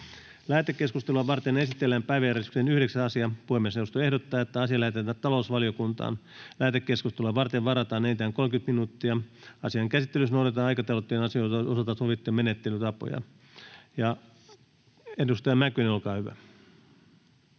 Lähetekeskustelua varten esitellään päiväjärjestyksen 9. asia. Puhemiesneuvosto ehdottaa, että asia lähetetään talousvaliokuntaan. Lähetekeskustelua varten varataan enintään 30 minuuttia. Asian käsittelyssä noudatetaan aikataulutettujen asioiden osalta sovittuja menettelytapoja. — Edustaja Mäkynen, Matias, olkaa hyvä.